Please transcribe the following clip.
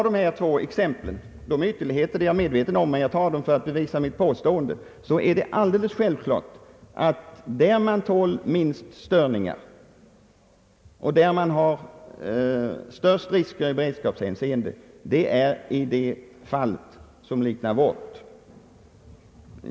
Dessa två exempel är ytterligheter — det är jag medveten om — men jag har med dem velat be visa mitt påstående att den största risken i beredskapshänseende föreligger i det exempel som mest liknar vårt.